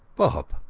bob!